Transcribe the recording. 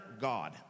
God